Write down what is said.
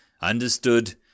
Understood